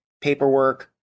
paperwork